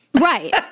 Right